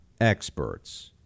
experts